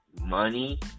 money